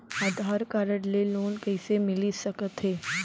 आधार card ले loan कइसे मिलिस सकत हे?